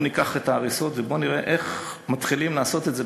בואו ניקח את ההריסות ונראה איך מתחילים לעשות את זה